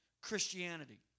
Christianity